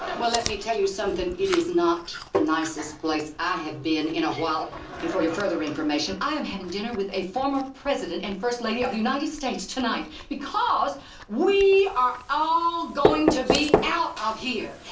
well, let me tell you something it is not the nicest place i have been in a while before you're further information i am having dinner with a former president and first lady of the united states tonight because we are all going to be out of here.